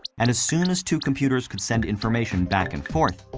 and as soon as two computers could send information back and forth,